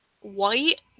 white